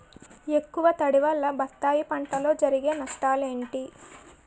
ఎక్కువ తడి వల్ల బత్తాయి పంటలో జరిగే నష్టాలేంటి?